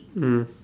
mm